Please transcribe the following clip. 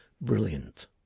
brilliant